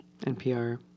NPR